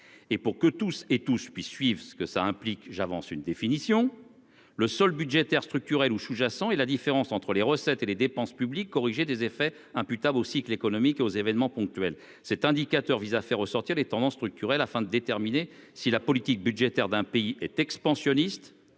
et pour que tous et touche puis suivent ce que ça implique, j'avance une définition le sol budgétaire structurel ou sous-jacent, et la différence entre les recettes et les dépenses publiques, corrigé des effets imputables aux cycles économiques aux événements ponctuels, cet indicateur faire ressortir les tendances structurelles afin de déterminer si la politique budgétaire d'un pays est expansionniste